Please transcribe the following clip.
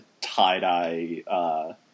tie-dye